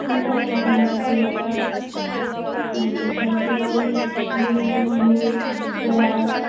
सिमोलंघनासाठी जातो त्यानंतर दिवाळी दिवाळीमध्ये फराळ